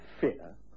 fear